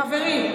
חברי,